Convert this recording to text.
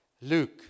Luke